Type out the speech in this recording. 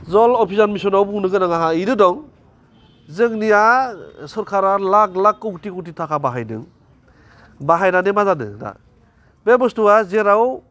जल अभिजान मिसनाव बुंनो गोनां आंहा इनो दं जोंनिया सरकारा लाख लाख कौथि कौथि थाखा बाहायदों बाहायनानै मा जादों दा बे बुस्थुवा जेराव